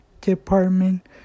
department